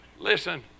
Listen